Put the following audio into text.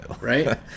Right